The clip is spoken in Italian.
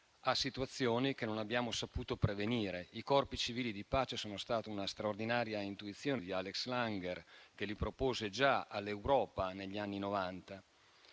situazioni che non abbiamo saputo prevenire. I corpi civili di pace sono stati una straordinaria intuizione di Alexander Langer, che li propose all'Europa già negli anni